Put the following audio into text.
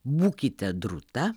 būkite drūta